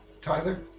Tyler